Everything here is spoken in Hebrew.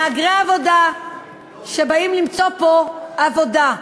מהגרי עבודה באים למצוא פה עבודה.